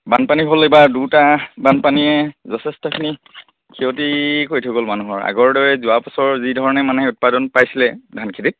বানপানী হ'ল এইবাৰ দুটা বানপানীয়ে যথেষ্টখিনি ক্ষতি কৰি থৈ গ'ল মানুহৰ আগৰ দৰে যোৱা বছৰ যি ধৰণে মানে উৎপাদন পাইছিলে ধান খেতিত